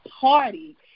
party